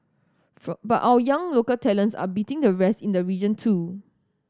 for but our young local talents are beating the rest in the region too